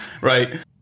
Right